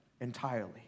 entirely